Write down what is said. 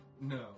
No